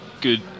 good